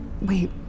Wait